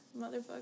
motherfucker